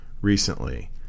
recently